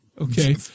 Okay